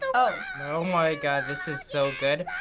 oh. oh my god, this is so good,